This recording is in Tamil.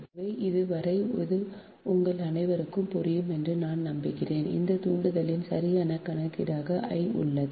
எனவே இது வரை இது உங்கள் அனைவருக்கும் புரியும் என்று நான் நம்புகிறேன் இந்த தூண்டலின் சரியான கணக்கீடாக I உள்ளது